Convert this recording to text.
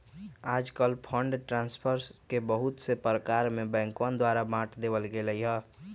आजकल fund transfer के बहुत से प्रकार में बैंकवन द्वारा बांट देवल गैले है